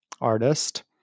artist